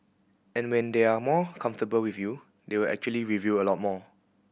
and when they are more comfortable with you they will actually reveal a lot more